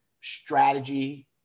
strategy